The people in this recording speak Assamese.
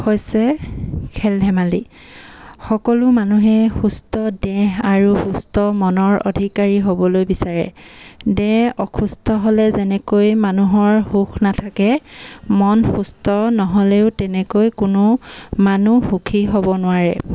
হৈছে খেল ধেমালি সকলো মানুহে সুস্থ দেহ আৰু সুস্থ মনৰ অধিকাৰী হ'বলৈ বিচাৰে দেহ অসুস্থ হ'লে যেনেকৈ মানুহৰ সুখ নাথাকে মন সুস্থ নহ'লেও তেনেকৈ কোনো মানুহ সুখী হ'ব নোৱাৰে